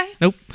Nope